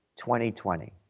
2020